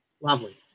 lovely